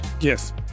Yes